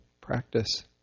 practice